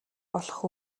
болох